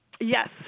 Yes